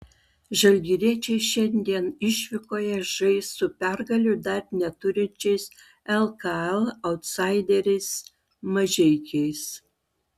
žalgiriečiai šiandien išvykoje žais su pergalių dar neturinčiais lkl autsaideriais mažeikiais